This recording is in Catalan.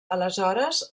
aleshores